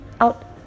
out